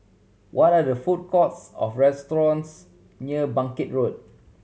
what are there food courts of restaurants near Bangkit Road